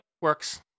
works